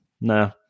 nah